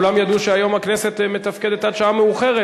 כולם ידעו שהיום הכנסת מתפקדת עד שעה מאוחרת.